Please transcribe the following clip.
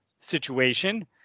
situation